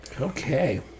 Okay